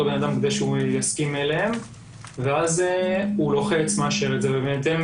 בן אדם כדי שהוא יסכים אליהם ואז הוא לוחץ ומאשר את זה ובהתאם